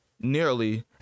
nearly